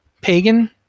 Pagan